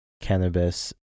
cannabis